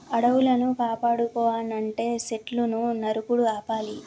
అడవులను కాపాడుకోవనంటే సెట్లును నరుకుడు ఆపాలి